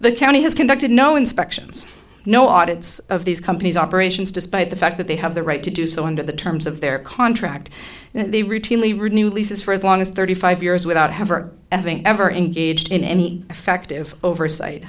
the county has conducted no inspections no audits of these companies operations despite the fact that they have the right to do so under the terms of their contract they routinely renew leases for as long as thirty five years without have are having ever engaged in any effective oversight